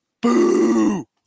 Boo